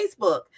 facebook